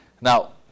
Now